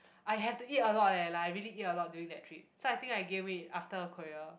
I had to eat a lot leh like I really eat a lot during that trip so I think I gain weight after Korea